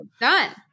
done